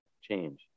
change